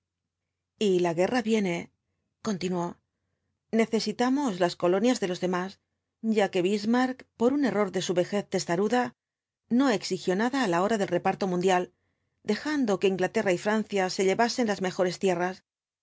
y la guerra viene continuó necesitamos las colonias de los demás ya que bismarck por un error de su vejez testaruda no exigió nada á la hora del reparto mundial dejando que inglaterra y francia se llevasen las mejores tierras